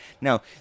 Now